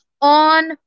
on